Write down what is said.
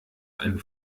einen